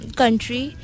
country